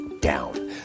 down